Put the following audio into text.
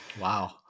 Wow